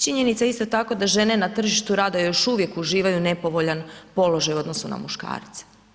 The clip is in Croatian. Činjenica je isto tako da žene na tržištu rada još uvijek uživaju nepovoljan položaj u odnosu na muškarce.